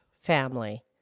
family